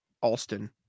Alston